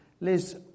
Liz